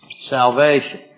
salvation